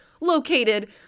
Located